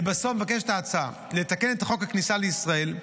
לבסוף מבקשת ההצעה לתקן את חוק הכניסה לישראל,